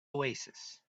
oasis